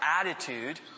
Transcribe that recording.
attitude